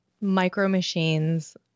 micro-machines